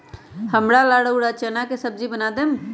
हमरा ला रउरा चना के सब्जि बना देम